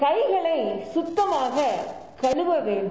கைகளை கத்தமாக கழுவ வேண்டும்